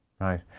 Right